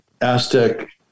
Aztec